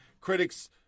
Critics